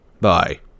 Bye